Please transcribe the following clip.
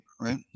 right